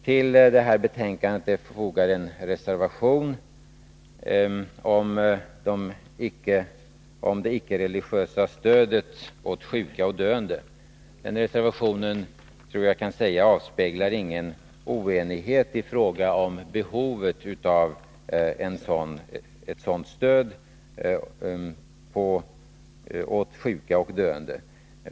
Till socialutskottets betänkande är fogat ett särskilt yttrande om det icke-religiösa stödet åt sjuka och döende. Det yttrandet avspeglar ingen oenighet i fråga om behovet av ett sådant stöd åt sjuka och döende.